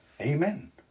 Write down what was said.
Amen